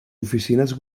oficines